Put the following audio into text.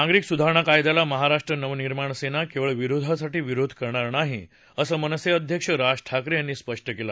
नागरिकत्व सुधारणा कायद्याला महाराष्ट्र नवनिर्माण सेना केवळ विरोधासाठी विरोध करणार नाही असं मनसे अध्यक्ष राज ठाकरे यांनी स्पष्ट केलं